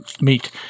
meet